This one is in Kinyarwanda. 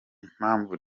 impamvu